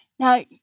Now